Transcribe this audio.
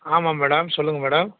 ஆமாம் மேடம் சொல்லுங்கள் மேடம்